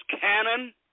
cannon